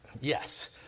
Yes